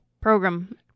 Program